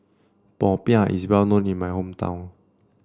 Popiah is well known in my hometown